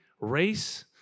race